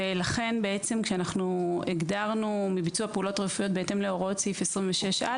לכן כשהגדרנו "מביצוע פעולות רפואיות בהתאם להוראות סעיף 26א,